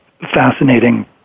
fascinating